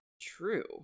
true